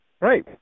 right